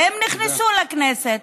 והם נכנסו לכנסת,